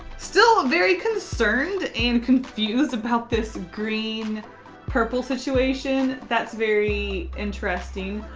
still very concerned and confused about this green purple situation. that's very interesting.